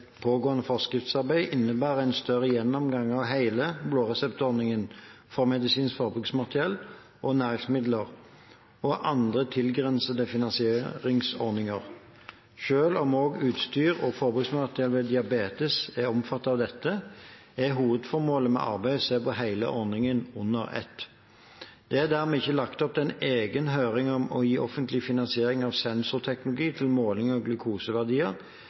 pågående forskriftsarbeidet innebærer en større gjennomgang av hele blåreseptordningen for medisinsk forbruksmateriell og næringsmidler og andre tilgrensende finansieringsordninger. Selv om også utstyr og forbruksmateriell ved diabetes er omfattet av dette, er hovedformålet med arbeidet å se på hele ordningen under ett. Det er dermed ikke lagt opp til en egen høring om å gi offentlig finansering av sensorteknologi til måling av glukoseverdier,